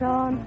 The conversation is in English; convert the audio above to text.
on